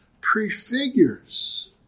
prefigures